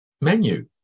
menu